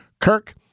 Kirk